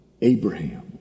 Abraham